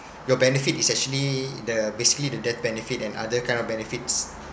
your benefit is actually the basically the death benefit and other kind of benefits